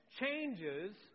changes